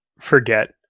forget